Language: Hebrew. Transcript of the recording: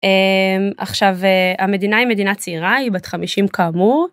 עכשיו המדינה היא מדינה צעירה היא בת 50 כאמור.